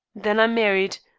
then i married.